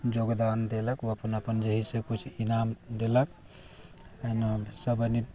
जोगदान देलक ओ अपन अपन जे हइ से किछु इनाम देलक हइ ने सभ एनी